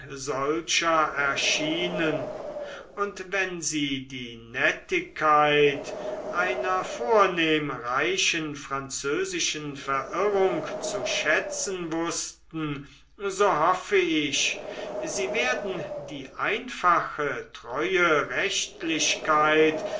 erschienen und wenn sie die nettigkeit einer vornehm reichen französischen verirrung zu schätzen wußten so hoffe ich sie werden die einfache treue rechtlichkeit